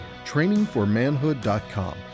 trainingformanhood.com